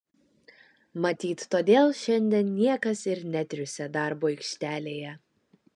matyt todėl šiandien niekas ir netriūsia darbo aikštelėje